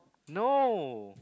no